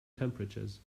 temperatures